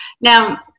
now